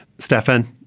stefan,